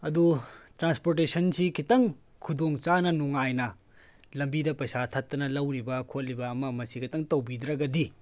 ꯑꯗꯨ ꯇ꯭ꯔꯥꯟꯁꯄꯣꯔꯠꯇꯦꯁꯟꯁꯤ ꯈꯤꯇꯪ ꯈꯨꯗꯣꯡ ꯆꯥꯅ ꯅꯨꯡꯉꯥꯏꯅ ꯂꯝꯕꯤꯗ ꯄꯩꯁꯥ ꯊꯠꯇꯅ ꯂꯧꯔꯤꯕ ꯈꯣꯠꯂꯤꯕ ꯑꯃ ꯑꯃꯁꯤ ꯈꯤꯇꯪ ꯇꯧꯕꯤꯗ꯭ꯔꯒꯗꯤ